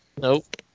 Nope